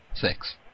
Six